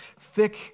thick